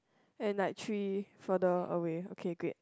and like three further away okay great